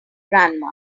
grandma